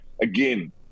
again